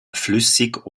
flüssig